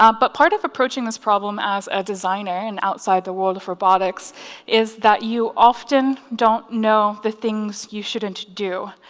um but part of approaching this problem as a designer and outside the world of robotics is that you often don't know the things you shouldn't do.